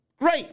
Great